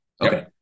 Okay